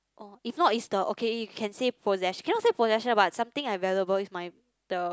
oh if not is the okay you can say posses~ cannot say possession but something like valuable is my the